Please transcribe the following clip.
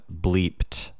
bleeped